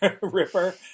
Ripper